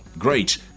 great